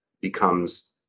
becomes